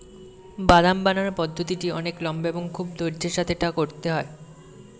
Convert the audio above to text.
মদ বানানোর পদ্ধতিটি অনেক লম্বা এবং খুব ধৈর্য্যের সাথে এটা করতে হয়